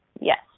Yes